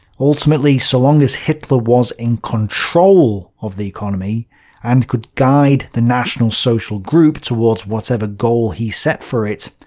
ultimately, so long as hitler was in control of the economy and could guide the national social group towards whatever goal he set for it,